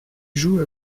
joue